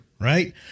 right